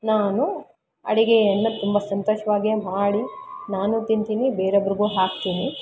ನಾನು ಅಡುಗೆಯನ್ನು ತುಂಬ ಸಂತೋಷವಾಗೆ ಮಾಡಿ ನಾನು ತಿಂತೀನಿ ಬೇರೊಬ್ರಿಗು ಹಾಕ್ತೀನಿ